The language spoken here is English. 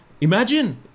Imagine